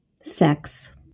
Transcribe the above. Sex